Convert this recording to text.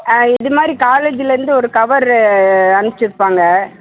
ஆ இதுமாதிரி காலேஜிலருந்து ஒரு கவரு அனுப்பிச்சி இருப்பாங்க